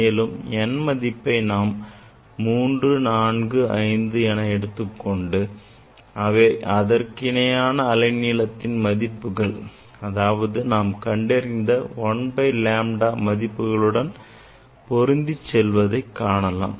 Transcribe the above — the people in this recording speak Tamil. மேலும் nன் மதிப்பை நாம் 3 4 5 என எடுத்துக் கொண்டு அவை அதற்கு இணையான அலைநீளத்தின் மதிப்புகள் அதாவது நாம் கண்டறிந்த 1 by lambda மதிப்புகளுடன் பொருந்தி செல்வதைக் காணலாம்